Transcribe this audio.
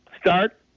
start